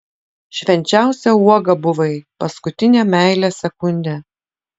švenčiausia uoga buvai paskutinę meilės sekundę